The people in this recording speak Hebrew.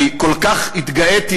אני כל כך התגאיתי,